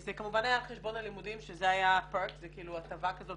זה כמובן היה על חשבון הלימודים שזה היה --- זה הטבה כזאת